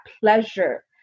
pleasure